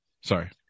Sorry